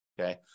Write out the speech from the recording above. Okay